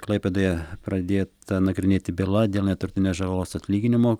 klaipėdoje pradėta nagrinėti byla dėl neturtinės žalos atlyginimo